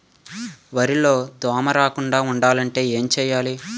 వరిలో దోమ రాకుండ ఉండాలంటే ఏంటి చేయాలి?